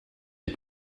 des